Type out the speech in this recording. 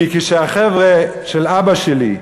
כי כשהחבר'ה של אבא שלי,